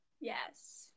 Yes